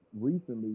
recently